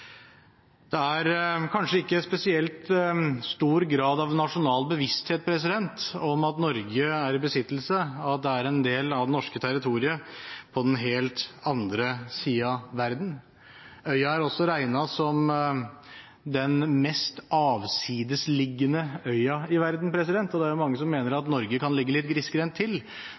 Det er kanskje ikke spesielt stor grad av nasjonal bevissthet om at det finnes en del av det norske territoriet på den helt andre siden av verden. Øya er også regnet som den mest avsidesliggende øya i verden. Det er mange som mener at Norge kan ligge litt grisgrendt til,